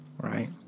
right